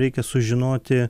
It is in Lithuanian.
reikia sužinoti